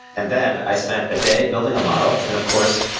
and then i spent a day building a model and of course,